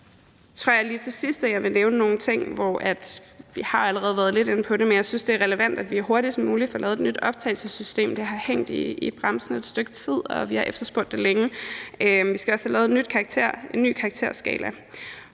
lige, at jeg til sidst vil nævne nogle ting. Vi har allerede været lidt inde på det, men jeg synes, det er relevant, at vi hurtigst muligt får lavet et nyt optagelsessystem. Det har hængt i bremsen i et stykke tid, og vi har efterspurgt det længe. Vi skal også have lavet en ny karakterskala.